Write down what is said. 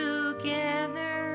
Together